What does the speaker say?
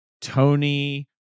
Tony